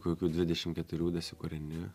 kokių dvidešim keturių dasikūreni